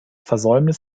versäumnis